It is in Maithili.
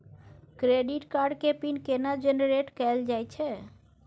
क्रेडिट कार्ड के पिन केना जनरेट कैल जाए छै?